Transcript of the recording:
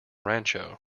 rancho